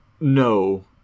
no